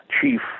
chief